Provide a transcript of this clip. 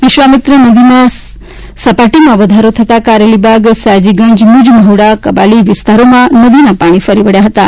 વિશ્વામિત્રી નદીની સપાટીમાં વધારો થતાં કારેલીબાગ સયાજીગંજ મુજ મહુડા કબાલી વિસ્તારોમાં નદીનું પાણી કરી વળ્યું હતું